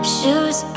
Shoes